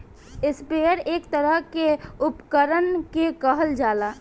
sprayer एक तरह के उपकरण के कहल जाला